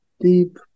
deep